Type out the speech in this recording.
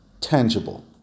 tangible